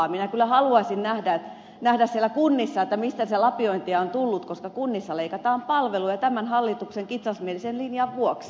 minä kyllä haluaisin nähdä siellä kunnissa mistä sitä lapiointia on tullut koska kunnissa leikataan palveluja tämän hallituksen kitsasmielisen linjan vuoksi